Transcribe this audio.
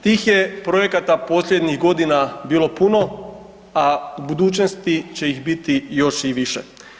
Tih je projekata posljednjih godina bilo puno, a u budućnosti će ih biti još i više.